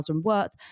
Worth